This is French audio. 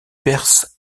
perce